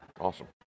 Awesome